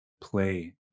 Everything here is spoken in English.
play